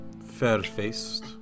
Fair-faced